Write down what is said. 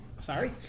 sorry